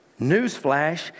Newsflash